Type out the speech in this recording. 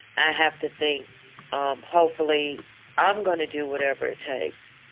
i have to think hopefully i'm gonna do whatever it takes.